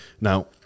Now